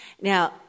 Now